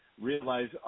realize